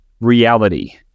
reality